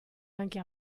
anche